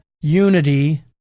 unity